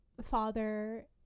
father